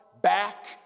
back